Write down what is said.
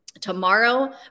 tomorrow